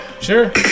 Sure